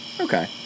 Okay